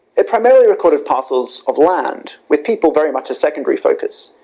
it primarily recorded parcels of land, with people very much a secondary focus.